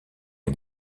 est